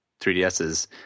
3DSs